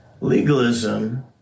legalism